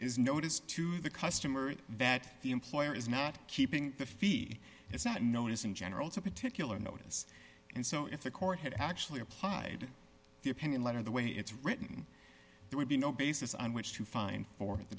is notice to the customer that the employer is not keeping the fee is not known as in general to particular notice and so if the court had actually applied the opinion letter the way it's written there would be no basis on which to find for the